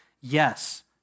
Yes